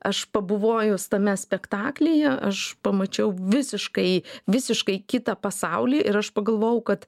aš pabuvojus tame spektaklyje aš pamačiau visiškai visiškai kitą pasaulį ir aš pagalvojau kad